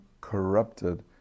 corrupted